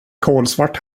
kolsvart